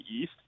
East